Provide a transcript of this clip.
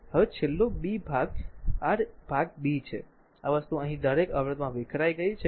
હવે છેલ્લો b ભાગ r ભાગ b છે આ વસ્તુ અહીં દરેક અવરોધમાં વિખેરાઈ ગઈ છે